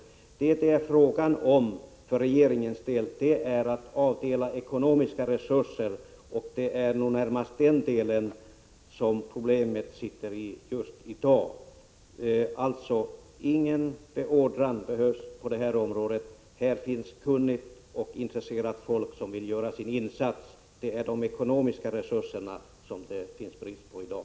Vad det är fråga om för regeringens del är att avdela ekonomiska resurser. Det är nog där problemen finns just i dag. Alltså: Ingen beordran behövs. Här finns kunnigt och intresserat folk som vill göra sin insats. Det är de ekonomiska resurserna som brister i dag.